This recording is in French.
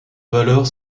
valeur